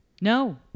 No